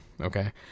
Okay